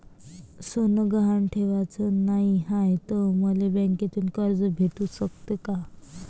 सोनं गहान ठेवाच नाही हाय, त मले बँकेतून कर्ज भेटू शकते का?